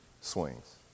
swings